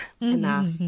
Enough